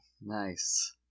Nice